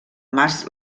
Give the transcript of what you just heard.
mas